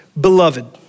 Beloved